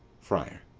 friar.